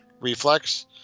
reflex